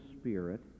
Spirit